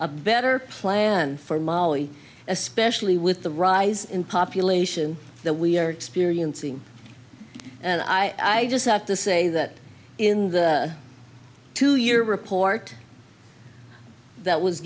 a better plan for mali especially with the rise in population that we are experiencing and i just have to say that in the two year report that was